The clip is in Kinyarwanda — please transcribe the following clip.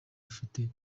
afite